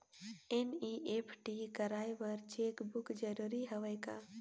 NEFT कराय बर cheque book जरूरी हवय का?